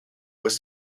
was